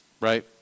right